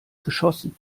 geschossen